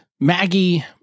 Maggie